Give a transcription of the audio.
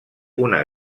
una